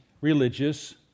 religious